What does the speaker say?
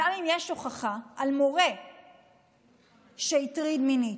גם אם יש הוכחה על מורה שהטריד מינית,